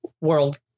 world